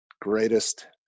greatest